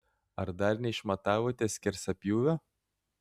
ar dar neišmatavote skerspjūvio